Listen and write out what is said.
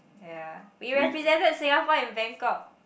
ya we represented Singapore in Bangkok